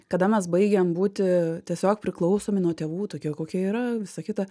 kada mes baigiam būti tiesiog priklausomi nuo tėvų tokie kokie yra visa kita